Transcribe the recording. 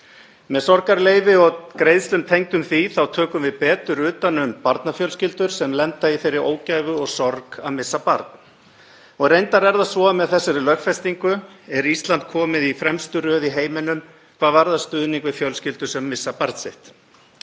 Með sorgarleyfi og greiðslum tengdum því þá tökum við betur utan um barnafjölskyldur sem lenda í þeirri ógæfu og sorg að missa barn og reyndar er það svo að með þessari lögfestingu er Ísland komið í fremstu röð í heiminum hvað varðar stuðning við fjölskyldur sem missa barn sitt.